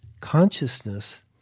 consciousness